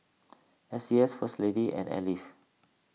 S C S First Lady and Alive